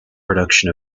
production